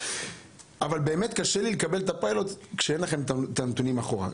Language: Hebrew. אבל באמת קשה לי לקבל את הפיילוט כשאין לך את הנתונים אחורה.